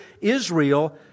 Israel